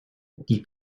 die